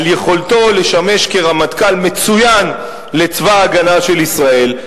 על יכולתו לשמש כרמטכ"ל מצוין לצבא-ההגנה של ישראל.